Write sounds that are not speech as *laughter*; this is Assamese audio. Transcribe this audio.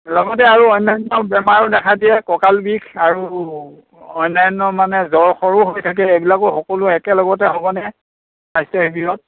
লগতে আৰু অন্যান্য বেমাৰো দেখা দিয়ে কঁকাল বিষ আৰু অন্যান্য মানে জ্বৰ *unintelligible* হৈ থাকে এইবিলাকো সকলো একেলগতে হ'বনে স্বাস্থ্য শিবিৰত